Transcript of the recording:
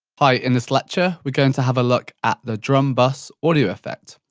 hi, in this lecture we're going to have a look at the drum buss audio effect.